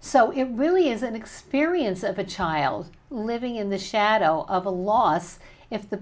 so it really is an experience of a child living in the shadow of a loss if the